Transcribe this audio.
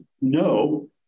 no